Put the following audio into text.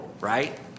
right